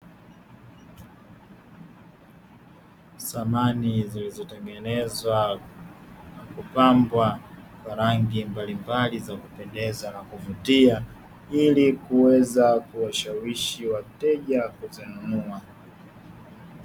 Samani zilizotengenezwa na kupambwa kwa rangi mbalimbali na za kuvutia ili kuweza kuwashawishi wateja na kuzinunua.